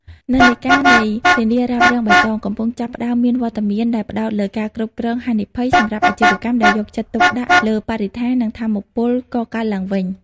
និន្នាការនៃ "ធានារ៉ាប់រងបៃតង" កំពុងចាប់ផ្ដើមមានវត្តមាន ដែលផ្ដោតលើ ការគ្រប់គ្រងហានិភ័យ សម្រាប់អាជីវកម្មដែលយកចិត្តទុកដាក់លើបរិស្ថាន និងថាមពលកកើតឡើងវិញ។